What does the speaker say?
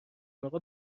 اقا